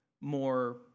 more